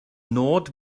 nod